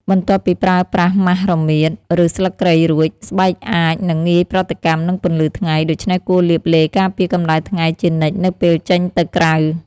បន្ទាប់ពីប្រើប្រាស់ម៉ាសរមៀត ឬស្លឹកគ្រៃរួច ស្បែកអាចនឹងងាយប្រតិកម្មនឹងពន្លឺថ្ងៃ ដូច្នេះគួរលាបឡេការពារកម្ដៅថ្ងៃជានិច្ចនៅពេលចេញទៅក្រៅ។